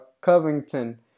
Covington